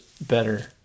better